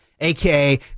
AKA